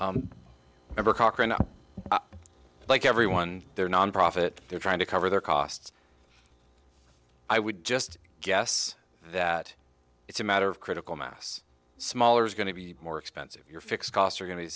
ever cochran like everyone there nonprofit they're trying to cover their costs i would just guess that it's a matter of critical mass smaller is going to be more expensive your fixed costs are going to the